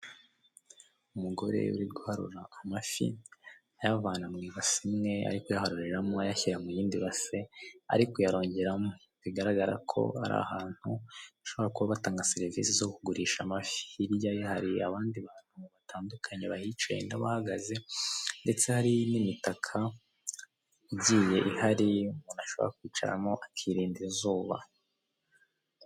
Umugore uri guharura amafi ayavana mu ibasi imwe ari kuyaharuriramo ayashyira mu yindi base ari kuyarongeramo. Bigaragara ko ari ahantu bashobora kuba batanga serivisi zo kugurisha amafi. Hirya ye hari abandi bantu batandukanye bahicaye n'abahagaze, ndetse hari n'imitaka igiye ihari umuntu ashobora kwicaramo akirinda izuba.